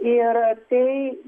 ir tai